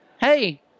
hey